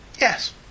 Yes